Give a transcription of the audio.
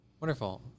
wonderful